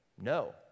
No